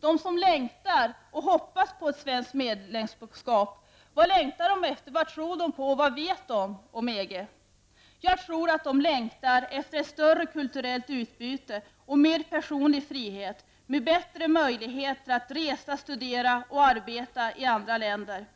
de som längtar efter och hoppas på ett svenskt medlemskap, vad längtar de efter, vad tror de på och vad vet de om EG? Jag tror att de längtar efter större kulturellt utbyte och mer personlig frihet med bättre möjligheter att resa, studera och arbeta i andra länder.